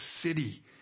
city